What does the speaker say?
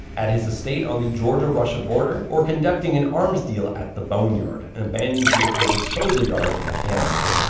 at his estate on the georgia-russia border, or conducting an arms deal at the boneyard, an abandoned vehicle disposal yard in afghanistan.